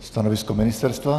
Stanovisko ministerstva?